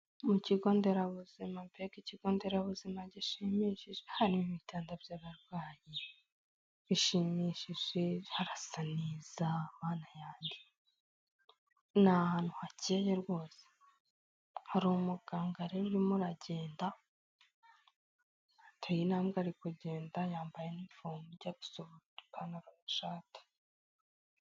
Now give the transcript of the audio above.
Mu kigo nderabuzima, mbega ikigo nderabuzima gishimishije! Harimo ibitanda by'abarwayi bishimishije, harasa neza Mana yanjye! Ni ahantu hakeye rwose, hari umuganga rero urimo uragenda, ateye intambwe ari kugenda, yambaye inifomo ijya gusa ubururu, ipantaro n'ishati.